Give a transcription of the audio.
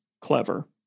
clever